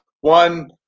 one